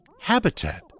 habitat